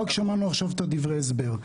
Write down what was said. רק שמענו עכשיו את דברי ההסבר.